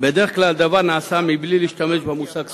בדרך כלל הדבר נעשה בלי להשתמש במושג זכויות.